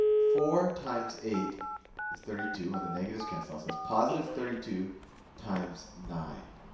four times eight is thirty two and the negatives cancel out, so that's positive thirty two times nine.